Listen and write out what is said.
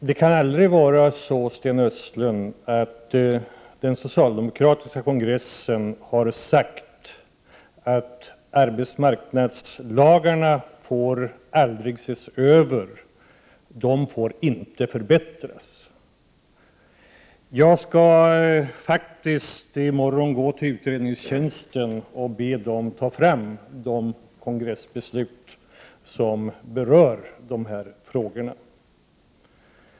Herr talman! Det kan aldrig vara så, Sten Östlund, att den socialdemokratiska partikongressen har sagt att arbetsmarknadslagarna aldrig får ses över, att de inte får förbättras. Jag skall i morgon gå till utredningstjänsten och be att få fram de kongressbeslut som rör dessa frågor.